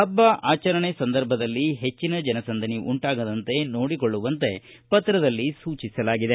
ಹಬ್ಬ ಆಚರಣೆ ಸಂದರ್ಭದಲ್ಲಿ ಹೆಚ್ಚಿನ ಜನಸಂದಣಿ ಉಂಟಾಗದಂತೆ ನೋಡಿಕೊಳ್ಳುವಂತೆ ಪತ್ರದಲ್ಲಿ ಸೂಚಿಸಲಾಗಿದೆ